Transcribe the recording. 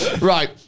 Right